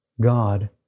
God